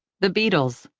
the beatles.